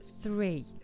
three